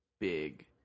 big